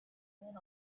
went